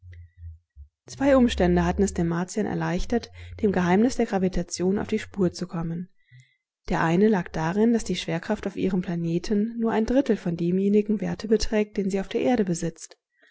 zwei umstände hatten es den martiern erleichtert dem geheimnis der gravitation auf die spur zu kommen der eine lag darin daß die schwerkraft auf ihrem planeten nur ein drittel von demjenigen werte beträgt den sie auf der erde besitzt